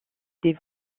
des